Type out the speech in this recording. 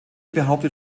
behauptet